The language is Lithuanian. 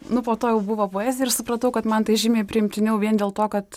nu po to jau buvo poezija ir supratau kad man tai žymiai priimtiniau vien dėl to kad